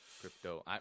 Crypto